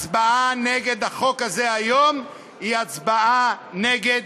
הצבעה נגד החוק הזה היום היא הצבעה נגד